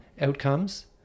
outcomes